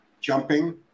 jumping